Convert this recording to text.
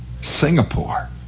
Singapore